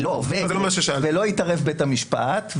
ובית המשפט לא התערב.